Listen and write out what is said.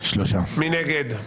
מי נגד?